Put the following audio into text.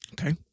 Okay